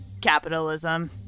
Capitalism